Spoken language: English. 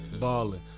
ballin